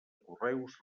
correus